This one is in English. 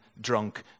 drunk